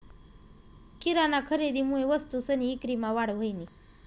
किराना खरेदीमुये वस्तूसनी ईक्रीमा वाढ व्हयनी